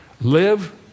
Live